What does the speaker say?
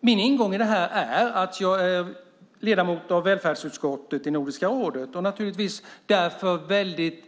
Min ingång i det här är att jag är ledamot av välfärdsutskottet i Nordiska rådet och naturligtvis därför väldigt